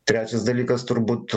trečias dalykas turbūt